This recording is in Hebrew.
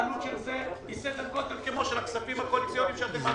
העלות של זה היא סדר גודל כמו של הכספים הקואליציוניים שאתם מעבירים.